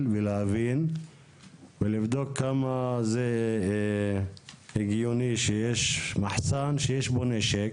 ולהבין ולבדוק כמה זה הגיוני שיש מחסן שיש בו נשק,